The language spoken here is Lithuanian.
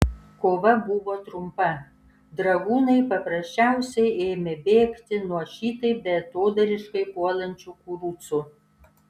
kova buvo trumpa dragūnai paprasčiausiai ėmė bėgti nuo šitaip beatodairiškai puolančių kurucų